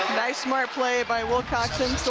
nice, smart play by wilcoxon.